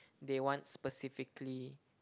they want specifically